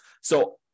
So-